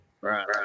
right